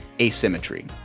asymmetry